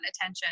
attention